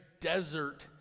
desert